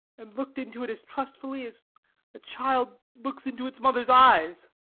and looked into it as trustfully as a child looks into its mother's eyes.